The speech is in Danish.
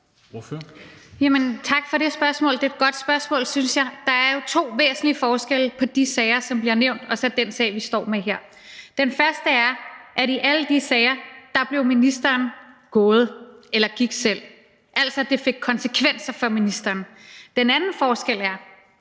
Tak for det spørgsmål. Det er et godt spørgsmål, synes jeg. Der er to væsentlige forskelle på de sager, som bliver nævnt, og så den sag, vi står med her. Den første er, at i alle de sager blev ministeren gået eller gik selv. Altså, det fik konsekvenser for ministeren. Den anden forskel er,